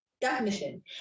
Definition